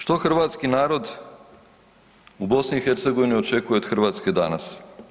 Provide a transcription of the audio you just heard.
Što hrvatski narod u BiH očekuje od Hrvatske danas?